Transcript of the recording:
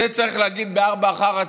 את זה צריך להגיד ב-16:00,